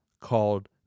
called